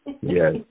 Yes